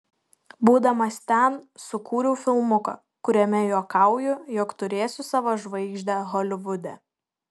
būdamas ten sukūriau filmuką kuriame juokauju jog turėsiu savo žvaigždę holivude